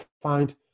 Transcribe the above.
find